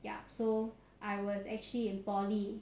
yup so I was actually in poly~